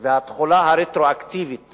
והתחולה הרטרואקטיבית